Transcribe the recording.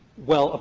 well,